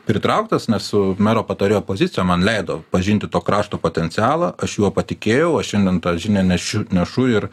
pritrauktas nes su mero patarėjo pozicija man leido pažinti to krašto potencialą aš juo patikėjau o šiandien tą žinią nešiu nešu ir